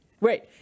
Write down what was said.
Wait